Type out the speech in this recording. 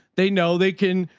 they know they can,